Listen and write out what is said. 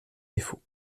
défaut